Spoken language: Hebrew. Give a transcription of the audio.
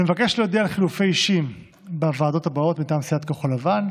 אני מבקש להודיע על חילופי אישים בוועדות הבאות מטעם סיעת כחול לבן: